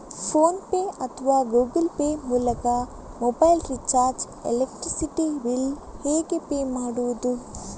Phone pay ಅಥವಾ Google Pay ಮೂಲಕ mobile recharge, electricity bill ಹೇಗೆ ಪೇ ಮಾಡುವುದು?